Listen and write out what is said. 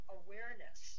awareness